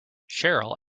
cheryl